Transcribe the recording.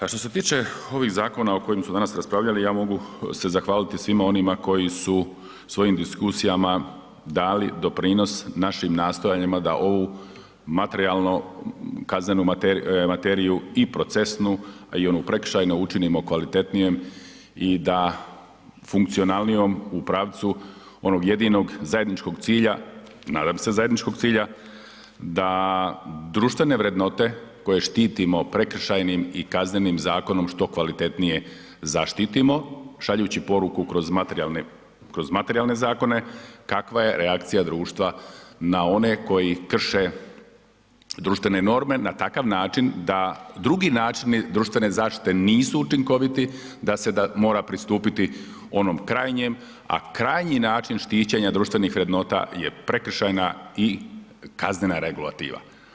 A što se tiče ovih zakona o kojim su danas raspravljali, ja mogu se zahvaliti svima onima koji su svojim diskusijama dali doprinos našim nastojanjima da ovu materijalno, kaznenu materiju i procesnu, a i onu prekršajnu učinimo kvalitetnijem i da, funkcionalnijom u pravcu onog jedinog zajedničkog cilja, nadam se zajedničkog cilja da društvene vrednote koje štitimo prekršajnim i kaznenim zakonom što kvalitetnije zaštitimo šaljući poruku kroz materijalne, kroz materijalne zakone, kakva je reakcija društva na one koji krše društvene norme na takav način da drugi načini društvene zaštite nisu učinkoviti, da se da mora pristupiti onom krajnjem, a krajnji način štićenja društvenih vrednota je prekršajna i kaznena regulativa.